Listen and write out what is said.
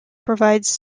provides